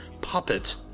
puppet